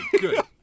good